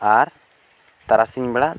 ᱟᱨ ᱛᱟᱨᱟᱥᱤᱧ ᱵᱮᱲᱟ